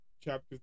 chapter